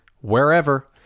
wherever